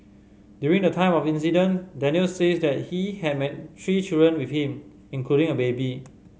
during the time of the incident Daniel says that he had three children with him including a baby